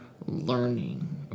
learning